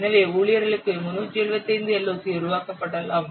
எனவே ஊழியர்களுக்கு 375 LOC உருவாக்கப்படலாம்